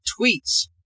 tweets